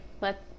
let